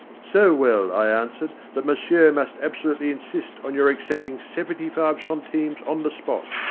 so well, i answered, that monsieur must absolutely insist on your accepting seventy-five centimes on the spot.